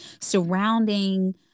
surrounding